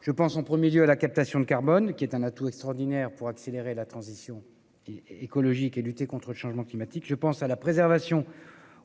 Je pense en premier lieu à la captation de carbone, qui constitue un atout extraordinaire pour accélérer la transition écologique et lutter contre le changement climatique. Je pense également à la préservation